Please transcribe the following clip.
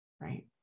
right